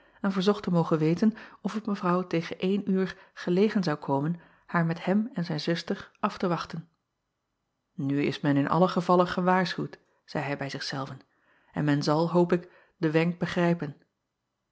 en verzocht te mogen weten of het evrouw tegen één uur gelegen zou komen haar met hem en zijn zuster af te wachten u is men in allen gevalle gewaarschuwd zeî hij bij zich zelven en men zal hoop ik den wenk